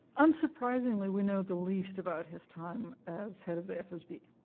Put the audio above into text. unsurprisingly, we know the least about his time as head of the fsb,